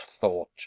thought